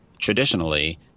traditionally